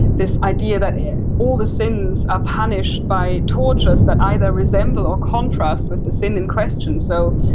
this idea that all the sins are punished by tortures, that either resemble or contrast with the sin in question. so,